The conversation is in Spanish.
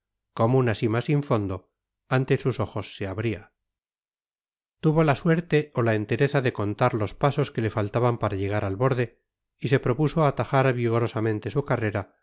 como una sima sin fondo ante sus ojos se abría tuvo la suerte o la entereza de contar los pasos que le faltaban para llegar al borde y se propuso atajar vigorosamente su carrera